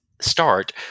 start